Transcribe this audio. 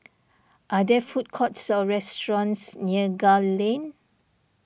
are there food courts or restaurants near Gul Lane